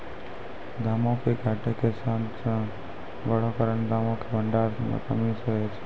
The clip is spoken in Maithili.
दामो के घटै के सभ से बड़ो कारण दामो के भंडार मे कमी सेहे छै